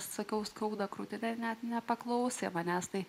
sakau skauda krūtinę net nepaklausė manęs tai